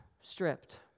stripped